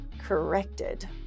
corrected